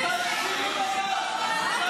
את